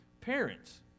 parents